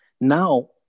Now